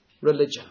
religion